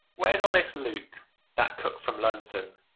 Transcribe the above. where's honest luke that cook from london?